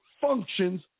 functions